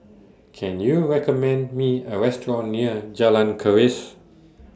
Can YOU recommend Me A Restaurant near Jalan Keris